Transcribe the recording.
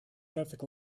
traffic